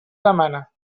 demana